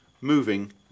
moving